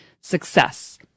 success